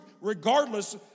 regardless